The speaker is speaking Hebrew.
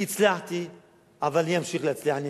הצלחתי ואני אמשיך להצליח.